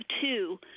two